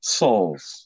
souls